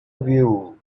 view